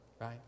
right